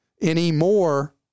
anymore